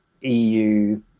EU